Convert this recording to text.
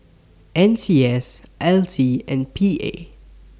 N C S L T and P A